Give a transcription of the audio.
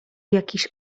jakiś